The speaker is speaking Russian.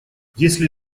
если